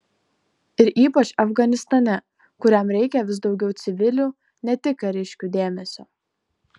ir ypač afganistane kuriam reikia vis daugiau civilių ne tik kariškių dėmesio